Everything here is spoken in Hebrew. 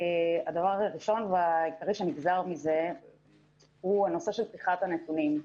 הדבר הראשון והעיקרי שנגזר מזה הוא הנושא של פתיחת הנתונים.